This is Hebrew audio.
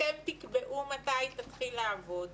אתם תקבעו מתי היא תתחיל לעבוד,